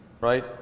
right